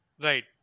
Right